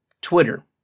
Twitter